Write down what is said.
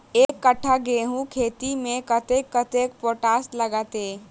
एक कट्ठा गेंहूँ खेती मे कतेक कतेक पोटाश लागतै?